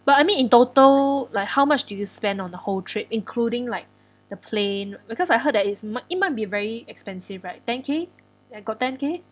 but I mean in total like how much did you spend on the whole trip including like the plane because I heard that it's might it might be very expensive right ten K ya got ten K